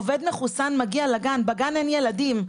עובד מחוסן מגיע לגן גם אם אין בו ילדים.